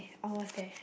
almost there